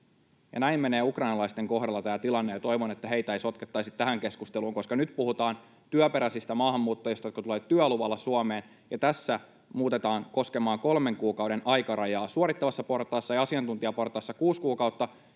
Näin menee ukrainalaisten kohdalla tämä tilanne, ja toivon, että heitä ei sotkettaisi tähän keskusteluun, koska nyt puhutaan työperäisistä maahanmuuttajista, jotka tulevat työluvalla Suomeen. Tässä tämä muutetaan koskemaan suorittavassa portaassa kolmen kuukauden aikarajaa ja asiantuntijaportaassa kuutta kuukautta,